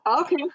Okay